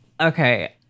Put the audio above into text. Okay